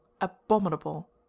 abominable